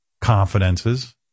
confidences